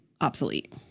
obsolete